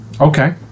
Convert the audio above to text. Okay